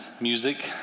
music